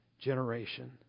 generation